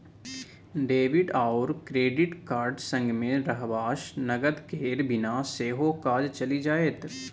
debit आओर credit card संगमे रहबासँ नगद केर बिना सेहो काज चलि जाएत